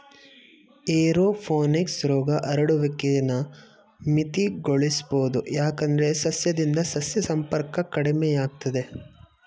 aeroponics ರೋಗ ಹರಡುವಿಕೆನ ಮಿತಿಗೊಳಿಸ್ಬೋದು ಯಾಕಂದ್ರೆ ಸಸ್ಯದಿಂದ ಸಸ್ಯ ಸಂಪರ್ಕ ಕಡಿಮೆಯಾಗ್ತದೆ